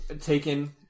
taken